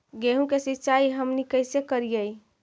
गेहूं के सिंचाई हमनि कैसे कारियय?